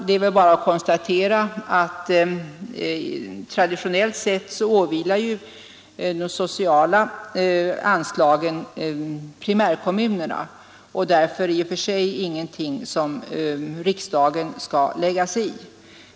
Det är väl bara att konstatera att traditionellt åvilar ju dessa sociala uppgifter primärkommunerna, och det är därför i och för sig ingenting som riksdagen skall lägga sig i.